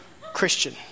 Christian